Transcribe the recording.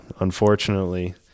Unfortunately